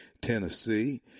Tennessee